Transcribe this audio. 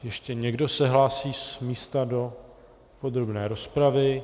Ještě někdo se hlásí z místa do podrobné rozpravy?